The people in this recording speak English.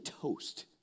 toast